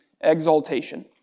exaltation